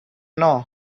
know